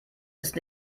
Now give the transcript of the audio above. ist